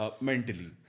mentally